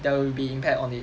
there will be impact on it